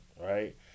right